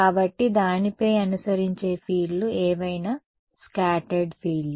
కాబట్టి దానిపై అనుసరించే ఫీల్డ్లు ఏవైనా స్కాటర్డ్ ఫీల్డ్లు